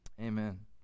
Amen